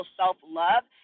self-love